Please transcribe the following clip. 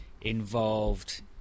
involved